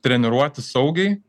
treniruotis saugiai